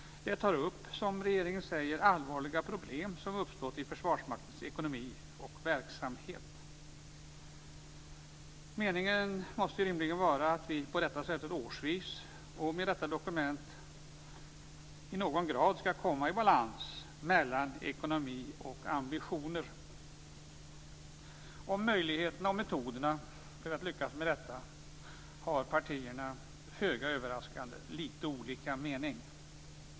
Det tar upp, som regeringen säger, allvarliga problem som uppstått i Försvarsmaktens ekonomi och verksamhet. Meningen måste rimligen vara att vi på detta sätt årsvis och med detta dokument i någon grad skall få balans mellan ekonomi och ambitioner. Om möjligheten och metoderna för att lyckas med detta har partierna föga överraskande litet olika mening.